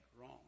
wrong